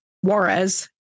juarez